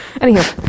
Anyhow